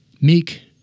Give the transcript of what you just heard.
Meek